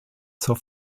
zur